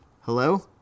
Hello